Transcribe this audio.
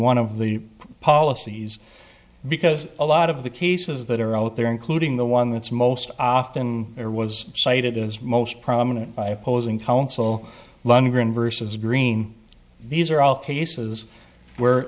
one of the policies because a lot of the cases that are out there including the one that's most often are was cited as most prominent by opposing counsel lundgren versus green these are all cases where